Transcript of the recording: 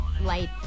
light